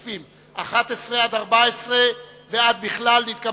ההסתייגות של קבוצת סיעת חד"ש וקבוצת סיעת מרצ לסעיף 11 לא נתקבלה.